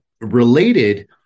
related